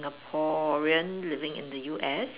Singaporean living in the U_S